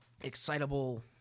excitable